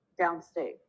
downstate